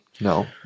No